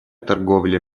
торговля